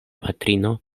patrino